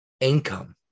income